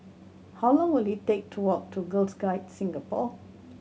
how long will it take to walk to Girls Guides Singapore